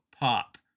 pop